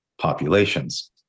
populations